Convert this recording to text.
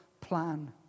plan